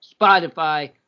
Spotify